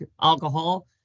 alcohol